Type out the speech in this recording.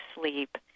sleep